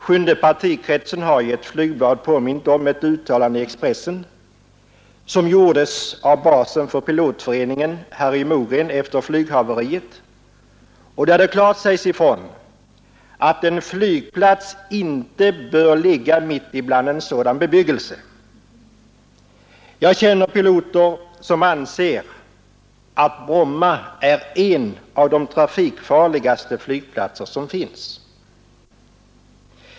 Sjunde partikretsen har i ett flygblad påmint om ett uttalande i Expressen som gjordes av basen för Pilotföreningen Harry Mogren efter flyghaveriet och där det klart sägs ifrån att en flygplats inte bör ligga mitt inne i en sådan bebyggelse. Jag känner piloter som anser att Bromma är en av de trafikfarligaste flygplatser som finns.